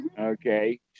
okay